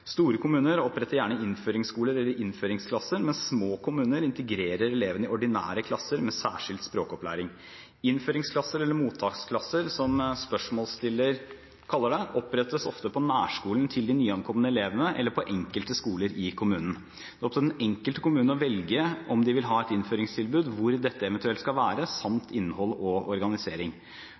Store kommuner oppretter gjerne innføringsskoler eller innføringsklasser, mens små kommuner integrerer elevene i ordinære klasser med særskilt språkopplæring. Innføringsklasser – eller mottaksklasser, som spørsmålsstilleren kaller det – opprettes ofte på nærskolen til de nyankomne elevene eller på enkelte skoler i kommunen. Det er opp til den enkelte kommune å velge om de vil ha et innføringstilbud, hvor dette eventuelt skal være – samt innhold og organisering.